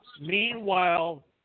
Meanwhile